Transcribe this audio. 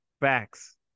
Facts